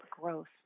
growth